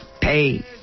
pay